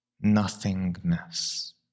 nothingness